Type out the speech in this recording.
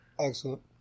excellent